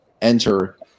enter